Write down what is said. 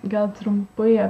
gal trumpai